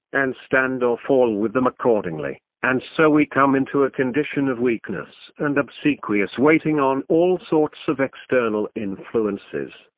and stand or fall with them accordingly and so we come into a condition of weakness and obsequious waiting on all sorts of external influences,